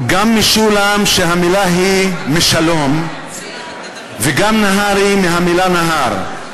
גם משולם שהמילה היא משלום, וגם נהרי מהמילה נהר.